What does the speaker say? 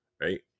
right